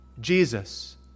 Jesus